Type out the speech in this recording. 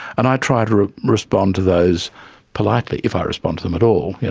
and i try to respond to those politely, if i respond to them at all. you know,